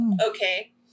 Okay